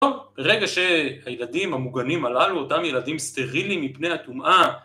טוב, ברגע שהילדים המוגנים הללו, אותם ילדים סטרילים מפני הטומעה